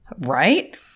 Right